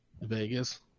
Vegas